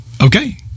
Okay